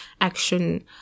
action